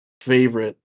favorite